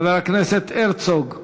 חבר הכנסת הרצוג,